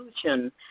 solution